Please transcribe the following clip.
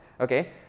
okay